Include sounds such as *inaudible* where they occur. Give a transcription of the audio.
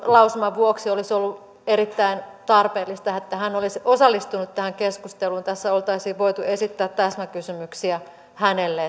lausuman vuoksi olisi ollut erittäin tarpeellista että hän olisi osallistunut tähän keskusteluun tässä oltaisiin voitu esittää täsmäkysymyksiä hänelle *unintelligible*